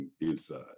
inside